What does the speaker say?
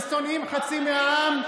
ושונאים חצי מהעם,